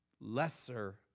lesser